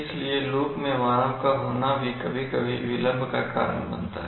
इसलिए लूप में मानव का होना भी कभी कभी विलंब का कारण बनता है